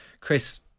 Chris